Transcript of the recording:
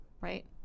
right